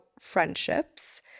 friendships